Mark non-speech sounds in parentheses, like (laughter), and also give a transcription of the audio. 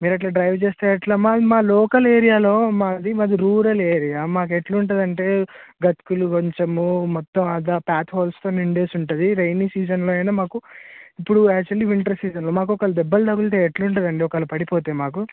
మీరు అట్లా డ్రైవ్ చేస్తే ఎట్లా మా మా లోకల్ ఏరియాలో మాది మాది రూరల్ ఏరియా మాకెట్లుంటుందంటే గతుకులు కొంచెము మొత్తం (unintelligible) ప్యాచ్ హొల్స్తో నిండేసి ఉంటుంది రెయినీ సీజన్లో అయినా మాకు ఇప్పుడు యాక్చువల్లీ వింటర్ సీజన్లో మాకొకేళ దెబ్బలు తగిలితే ఎట్లుంటుందండి ఒకేళల పడిపోతే మాకు